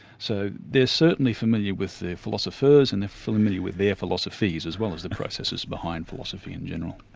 so they're certainly familiar with their philosophers and they're familiar with their philosophies, as well as the processes behind philosophy in general.